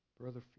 Brother